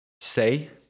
say